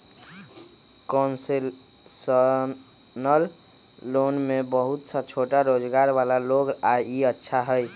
concessional loan में बहुत सा छोटा रोजगार वाला लोग ला ई अच्छा हई